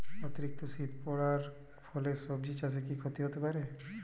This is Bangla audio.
অতিরিক্ত শীত পরার ফলে সবজি চাষে কি ক্ষতি হতে পারে?